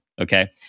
okay